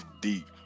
deep